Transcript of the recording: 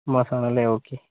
മാസമാണല്ലേ okay